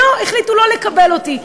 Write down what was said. והחליטו לא לקבל אותי.